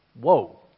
whoa